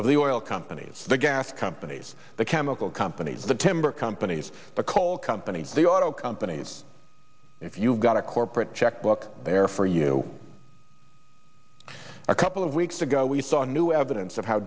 oil companies the gas companies the chemical companies the timber companies the coal companies the auto companies if you've got a corporate checkbook there for you a couple of weeks ago we saw new evidence of how